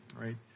right